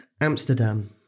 amsterdam